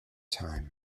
time